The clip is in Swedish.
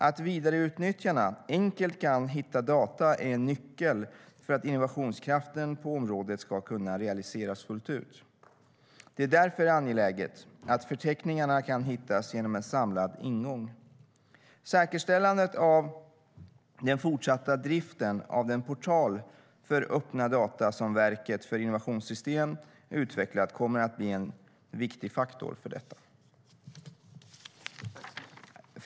Att vidareutnyttjarna enkelt kan hitta data är en nyckel för att innovationskraften på området ska kunna realiseras fullt ut. Det är därför angeläget att förteckningarna kan hittas genom en samlad ingång. Säkerställandet av den fortsatta driften av den portal för öppna data som Verket för innovationssystem utvecklat kommer att bli en viktig faktor för detta.